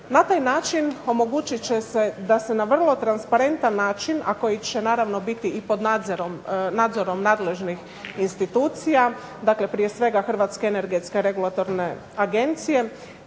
Na taj način omogućit će se da se na vrlo transparentan način, a koji će naravno biti i pod nadzorom nadležnih institucija, dakle prije svega Hrvatske energetske regulatorne agencije